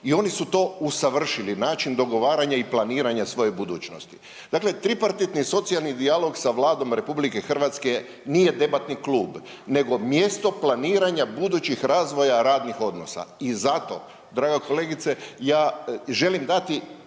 i oni su to usavršili način dogovaranja i planiranja svoje budućnosti. Dakle, tripartitni socijalni dijalog sa Vladom RH nije debatni klub nego mjesto planiranja budućih razvoja radnih odnosa i zato draga kolegice ja želim dati